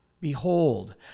Behold